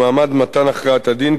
במעמד מתן הכרעת הדין,